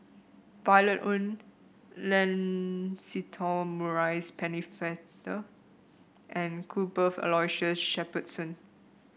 Violet Oon Lancelot Maurice Pennefather and Cuthbert Aloysius Shepherdson